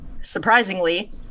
surprisingly